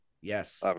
yes